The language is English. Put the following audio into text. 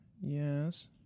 Yes